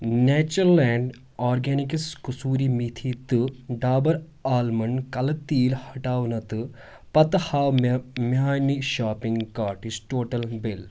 Natureland organics کٔسوٗری میتھی تہٕ ڈابر آلمنٛڈ کلہٕ تیٖل ہٹاونہٕ تہٕ پتہٕ ہاو مےٚ میانہِ شاپنگ کاٹٕچ ٹوٹل بِل